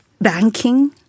banking